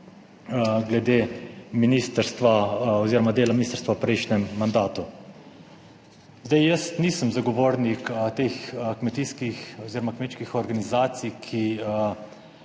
dela ministrstva v prejšnjem mandatu. Zdaj, jaz nisem zagovornik teh kmetijskih oziroma kmečkih organizacij, ki